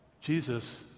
Jesus